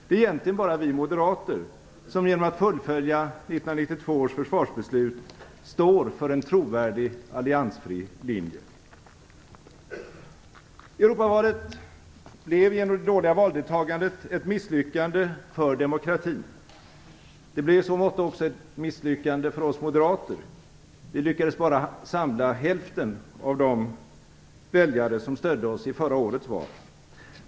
Det är egentligen bara vi moderater som genom att fullfölja 1992 års försvarsbeslut står för en trovärdig alliansfri linje. Europavalet blev genom det dåliga valdeltagandet ett misslyckande för demokratin. Det blev i så måtto även ett misslyckande för oss moderater - vi lyckades bara samla hälften av de väljare som stödde oss i förra årets val.